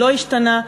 לא השתנה?